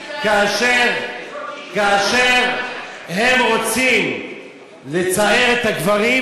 --- כאשר הם רוצים לצער את הגברים,